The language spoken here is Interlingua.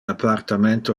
appartamento